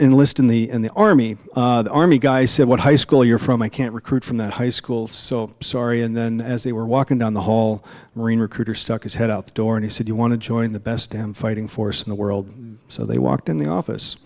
a list in the in the army the army guy said what high school you're from i can't recruit from that high school so sorry and then as they were walking down the hall marine recruiter stuck his head out the door and he said you want to join the best and fighting force in the world so they walked in the office